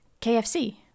KFC